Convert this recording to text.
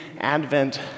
Advent